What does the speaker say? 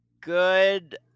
Good